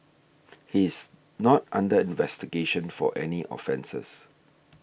he is not under investigation for any offences